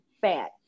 fat